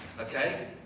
Okay